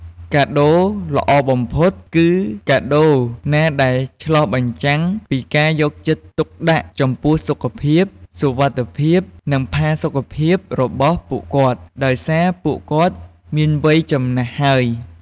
កាដូរល្អបំផុត គឺកាដូរណាដែលឆ្លុះបញ្ចាំងពីការយកចិត្តទុកដាក់ចំពោះសុខភាព សុវត្ថិភាព និងផាសុខភាពរបស់ពួកគាត់ដោយសារពួកគាត់មានវ័យចំណាស់ហើយ។